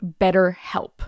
BetterHelp